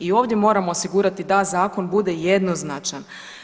I ovdje moramo osigurati da zakon bude jednoznačan.